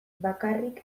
bakarrik